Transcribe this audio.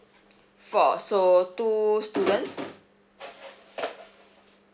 four so two students